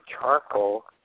charcoal